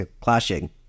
clashing